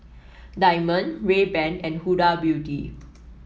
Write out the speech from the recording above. Diamond Rayban and Huda Beauty